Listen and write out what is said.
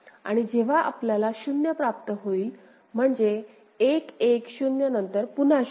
आणि जेव्हा आपल्याला 0 प्राप्त होईल म्हणजे 1 1 0 नंतर पुन्हा 0